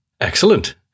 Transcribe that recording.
Excellent